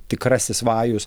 tikrasis vajus